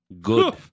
Good